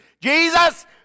Jesus